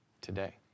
today